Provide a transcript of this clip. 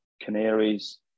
Canaries